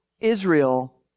Israel